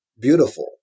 beautiful